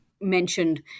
mentioned